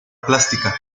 plástica